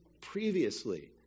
previously